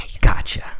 gotcha